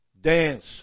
dance